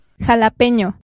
Jalapeño